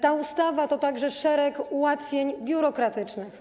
Ta ustawa wprowadza także szereg ułatwień biurokratycznych.